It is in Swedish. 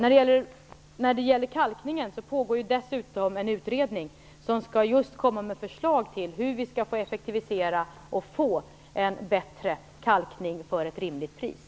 I fråga om kalkningen pågår dessutom en utredning som just skall komma med förslag om hur vi skall effektivisera och få en bättre kalkning till ett rimligt pris.